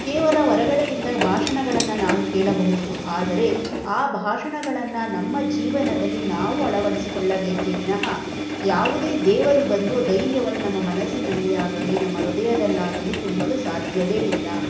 ಕೇವಲ ಹೊರಗಡೆಯಿಂದ ಭಾಷಣಗಳನ್ನು ನಾವು ಕೇಳಬಹುದು ಆದರೆ ಆ ಭಾಷಣಗಳನ್ನು ನಮ್ಮ ಜೀವನದಲ್ಲಿ ನಾವು ಅಳವಡಿಸಿಕೊಳ್ಳಬೇಕೇ ವಿನಃ ಯಾವುದೇ ದೇವರು ಬಂದು ಧೈರ್ಯವನ್ನು ನಮ್ಮ ಮನಸ್ಸಿನಲ್ಲಿ ಆಗಲಿ ನಮ್ಮ ಹೃದಯದಲ್ಲಾಗಲಿ ತುಂಬಲು ಸಾಧ್ಯವೇ ಇಲ್ಲ